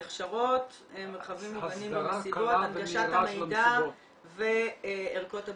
הנגשת המידע וערכות הבדיקה.